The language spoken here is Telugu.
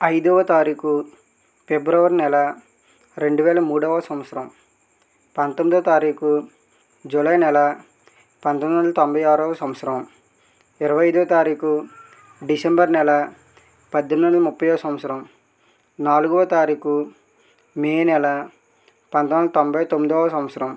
ఐదవ తారీఖు ఫిబ్రవరి నెల రెండు వేల మూడవ సంవత్సరం పంతొమ్మిదో తారీఖు జూలై నెల పంతొమ్మిది వందల తొంభై ఆరవ సంవత్సరం ఇరవై ఐదవ తారీఖు డిసెంబర్ నెల పద్దెనిమిది వందల ముప్ఫైయో సంవత్సరం నాలుగో తారీఖు మే నెల పంతొమ్మిది వందల తొంభై తొమ్మిదవ సంవత్సరం